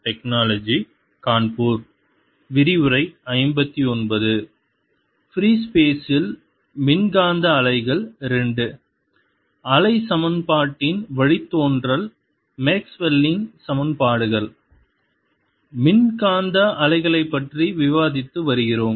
free ஸ்பெசில் மின்காந்த அலைகள் II அலை சமன்பாட்டின் வழித்தோன்றல் மேக்ஸ்வெல்லின் சமன்பாடுகள் மின்காந்த அலைகளைப் பற்றி விவாதித்து வருகிறோம்